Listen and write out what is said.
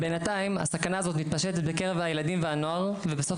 בינתיים הסכנה הזאת מתפשטת בקרב הילדים והנוער ובסוף